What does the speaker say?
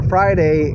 Friday